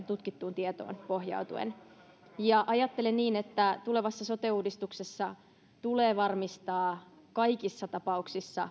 tutkittuun tietoon pohjautuen ajattelen niin että tulevassa sote uudistuksessa tulee varmistaa kaikissa tapauksissa